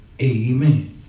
Amen